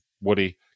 Woody